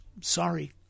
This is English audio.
sorry